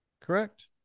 correct